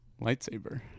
Lightsaber